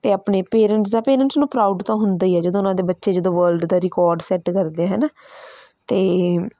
ਅਤੇ ਆਪਣੇ ਪੇਰੈਂਟਸ ਦਾ ਪੇਰੈਂਟਸ ਨੂੰ ਪਰਾਊਡ ਤਾਂ ਹੁੰਦਾ ਹੀ ਹੈ ਜਦੋਂ ਉਹਨਾਂ ਦੇ ਬੱਚੇ ਜਦੋਂ ਵਰਲਡ ਦਾ ਰਿਕੋਡ ਸੈੱਟ ਕਰਦੇ ਹੈ ਨਾ ਅਤੇ